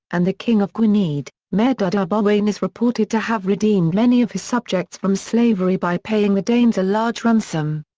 and the king of gwynedd, maredudd ab owain is reported to have redeemed many of his subjects from slavery by paying the danes a large ransom.